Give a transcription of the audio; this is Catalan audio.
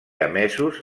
emesos